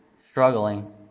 struggling